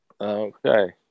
Okay